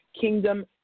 Kingdom